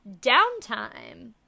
downtime